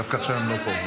דווקא עכשיו הם לא פה.